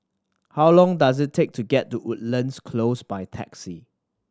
how long does it take to get to Woodlands Close by taxi